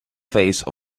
phase